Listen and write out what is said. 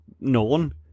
known